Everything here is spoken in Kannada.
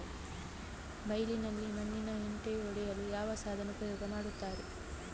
ಬೈಲಿನಲ್ಲಿ ಮಣ್ಣಿನ ಹೆಂಟೆ ಒಡೆಯಲು ಯಾವ ಸಾಧನ ಉಪಯೋಗ ಮಾಡುತ್ತಾರೆ?